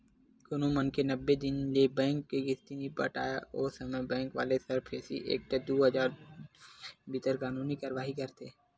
कोनो मनखे नब्बे दिन ले बेंक के किस्ती नइ पटा पाय ओ समे बेंक वाले सरफेसी एक्ट दू हजार दू के भीतर कानूनी कारवाही करथे